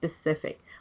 specific